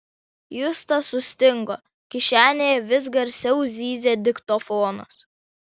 justas sustingo kišenėje vis garsiau zyzė diktofonas